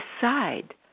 decide